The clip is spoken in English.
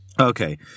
Okay